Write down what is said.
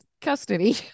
custody